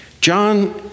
John